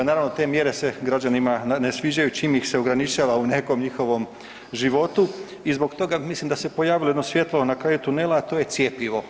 Naravno, te mjere se građanima ne sviđaju čim ih se ograničava u nekom njihovom životu i zbog toga mislim da se pojavilo jedno svjetlo na kraju tunela, a to je cjepivo.